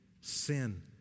sin